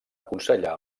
aconsellar